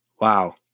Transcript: Wow